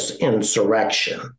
insurrection